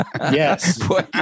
yes